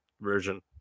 version